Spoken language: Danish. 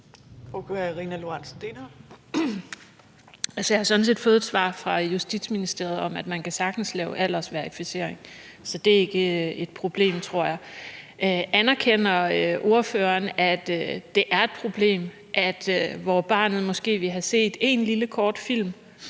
Jeg har sådan set fået et svar fra Justitsministeriet om, at man sagtens kan lave aldersverificering. Så det tror jeg ikke er et problem. Anerkender ordføreren, at det er et problem, at hvor barnet måske ville have set én lille kort film,